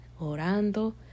orando